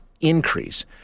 increase